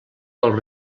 del